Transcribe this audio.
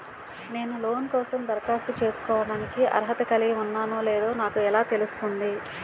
నేను లోన్ కోసం దరఖాస్తు చేసుకోవడానికి అర్హత కలిగి ఉన్నానో లేదో నాకు ఎలా తెలుస్తుంది?